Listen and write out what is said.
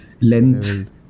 length